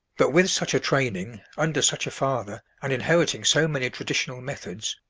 but with such a training, under such a father, and inheriting so many traditional methods,